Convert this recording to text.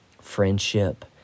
friendship